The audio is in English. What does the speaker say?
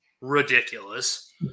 ridiculous